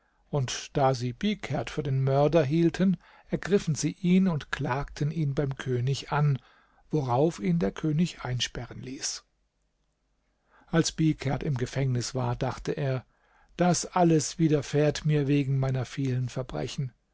und da sie bihkerd für den mörder hielten ergriffen sie ihn und klagten ihn beim könig an worauf ihn der könig einsperren ließ als bihkerd im gefängnis war dachte er das alles widerfährt mir wegen meiner vielen verbrechen